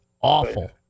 awful